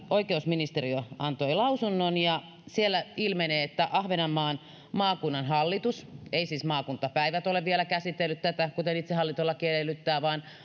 oikeusministeriö antoi perustuslakivaliokunnalle lausunnon ja siellä ilmenee että ahvenanmaan maakunnan hallitus maakuntapäivät ei siis ole vielä käsitellyt tätä kuten itsehallintolaki edellyttää vaan